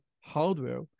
hardware